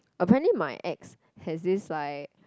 apparently my ex had this like